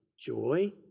joy